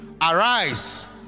Arise